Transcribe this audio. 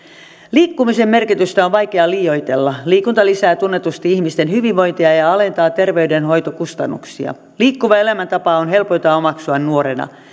liikkumisen merkitystä on vaikea liioitella liikunta lisää tunnetusti ihmisten hyvinvointia ja ja alentaa terveydenhoitokustannuksia liikkuva elämäntapa on helpointa omaksua nuorena